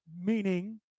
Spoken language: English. meaning